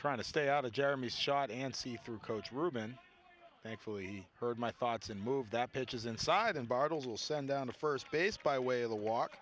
trying to stay out of jeremy's shot and see through coach reuben thankfully heard my thoughts and move that pitches inside and bottles will send down to first base by way of the walk